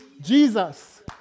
Jesus